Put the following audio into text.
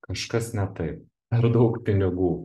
kažkas ne tai per daug pinigų